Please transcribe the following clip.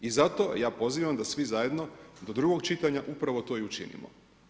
I zato ja pozivam da svi zajedno do drugog čitanja upravo to i učinimo.